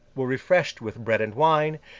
were refreshed with bread and wine,